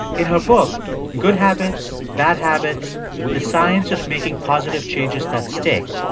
in her book good habits, bad habits the science of making positive changes that stick,